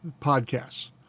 podcasts